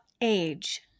age